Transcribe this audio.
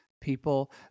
people